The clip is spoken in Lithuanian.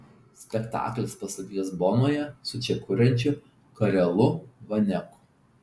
spektaklis pastatytas bonoje su čia kuriančiu karelu vaneku